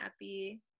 happy